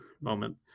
moment